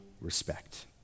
respect